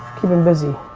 keeping busy,